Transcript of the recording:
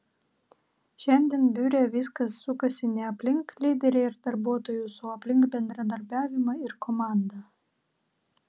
šiandien biure viskas sukasi ne aplink lyderį ir darbuotojus o aplink bendradarbiavimą ir komandą